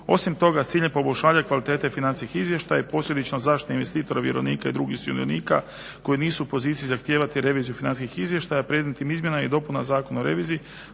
Osim toga cilj je poboljšanja kvalitete financijskih izvještaja i posljedično zaštite investitora, vjerovnika i drugih sudionika koji nisu u poziciji zahtijevati reviziju financijskih izvještaja. Predmetnim izmjenama i dopunama Zakona o reviziji